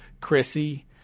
Chrissy